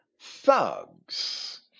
thugs